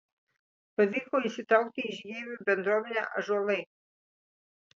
pavyko įsitraukti į žygeivių bendruomenę ąžuolai